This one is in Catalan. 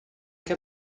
que